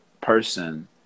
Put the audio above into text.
person